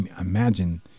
imagine